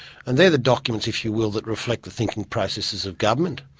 and they're the documents, if you will, that reflect the thinking processes of government.